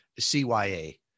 CYA